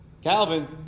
Calvin